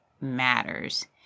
matters